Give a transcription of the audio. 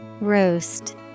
Roast